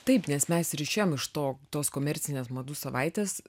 taip nes mes ir išėjom iš to tos komercinės madų savaitės